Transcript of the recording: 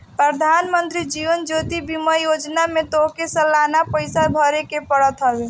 प्रधानमंत्री जीवन ज्योति बीमा योजना में तोहके सलाना पईसा भरेके पड़त हवे